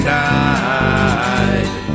died